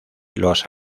los